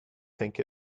think